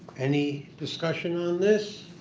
any discussion on this?